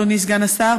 אדוני סגן השר?